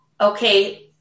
okay